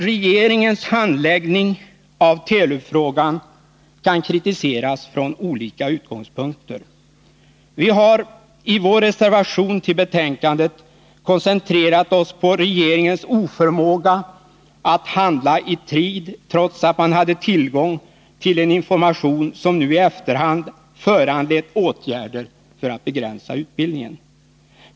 Regeringens handläggning av Telub-frågan kan kritiseras från olika utgångspunkter. Vi har i vår reservation till betänkandet koncentrerat oss på regeringens oförmåga att handla i tid, trots att man hade tillgång till en information som nu i efterhand föranlett åtgärder för att begränsa utbildningen.